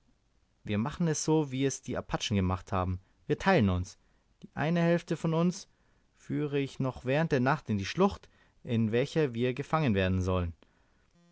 wir machen es so wie es die apachen gemacht haben wir teilen uns die eine hälfte von uns führe ich noch während der nacht in die schlucht in welcher wir gefangen werden sollen